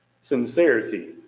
Sincerity